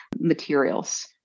materials